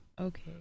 Okay